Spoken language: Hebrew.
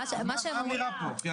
מה האמירה פה?